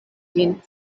ĝin